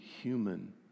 Human